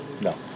No